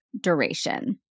duration